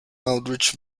outreach